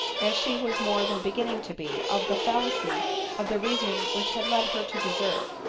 as she was more than beginning to be, of the fallacy of the reasoning which had led her to deserve,